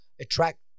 Attract